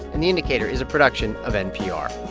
and the indicator is a production of npr